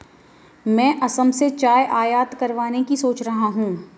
मैं असम से चाय आयात करवाने की सोच रहा हूं